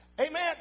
Amen